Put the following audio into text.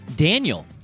Daniel